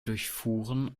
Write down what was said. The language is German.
durchfuhren